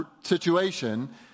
situation